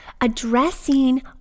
addressing